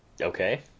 Okay